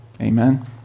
Amen